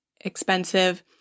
expensive